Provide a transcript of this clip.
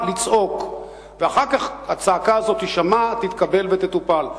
לצעוק, ואחר כך הצעקה הזאת תישמע, תתקבל ותטופל.